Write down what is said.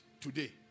today